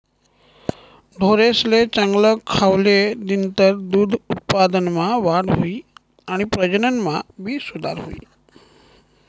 ढोरेसले चांगल खावले दिनतर दूध उत्पादनमा वाढ हुई आणि प्रजनन मा भी सुधार हुई